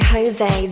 Jose